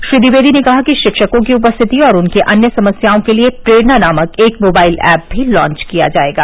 श्री द्विवेदी ने कहा कि शिक्षकों की उपस्थिति और उनकी अन्य समस्याओं के लिये प्रेरणा नाम का एक मोबाइल ऐप भी लॉन्व किया जायेगा